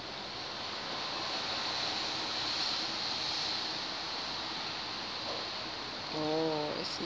oh I see